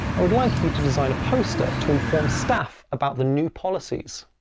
i would like you to design a poster to inform staff about the new policies.